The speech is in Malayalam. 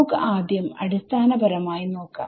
നമുക്ക് ആദ്യം അടിസ്ഥാനപരമായി നോക്കാം